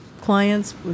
clients